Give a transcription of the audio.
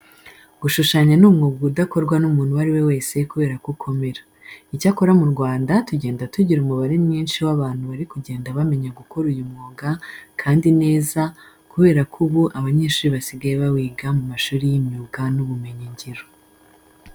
Gushushanya ni umwuga udakorwa n'umuntu uwo ari we wese kubera ko ukomera. Icyakora mu Rwanda tugenda tugira umubare mwinshi w'abantu bari kugenda bamenya gukora uyu mwuga kandi neza kubera ko ubu abanyeshuri basigaye bawiga mu mashuri y'imyuga n'ubumenyingiro.